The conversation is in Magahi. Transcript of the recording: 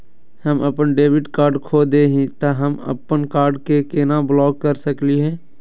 हम अपन डेबिट कार्ड खो दे ही, त हम अप्पन कार्ड के केना ब्लॉक कर सकली हे?